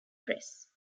press